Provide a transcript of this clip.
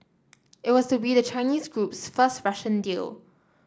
it was to be the Chinese group's first Russian deal